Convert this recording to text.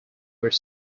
were